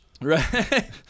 right